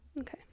Okay